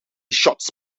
shots